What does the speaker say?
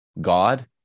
God